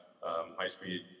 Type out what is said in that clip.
high-speed